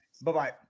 Bye-bye